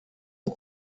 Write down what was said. und